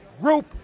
Rope